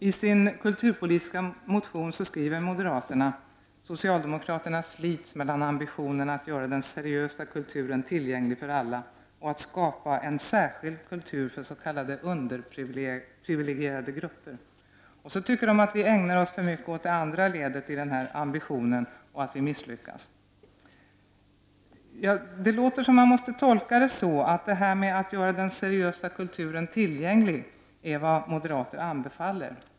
I sin kulturpolitiska motion skriver moderaterna att socialdemokraterna slits mellan ambitionen att göra den seriösa kulturen tillgänglig för alla och att skapa en särskild kultur för s.k. underprivilegierade grupper. Moderaterna tycker att vi ägnar oss för mycket åt det andra ledet i denna ambition och att vi misslyckas. Man måste tolka det som att moderaterna anbefaller att den seriösa kulturen skall göras tillgänglig.